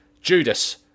judas